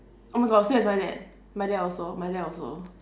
oh my god same as my dad my dad also my dad also